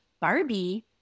Barbie